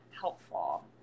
helpful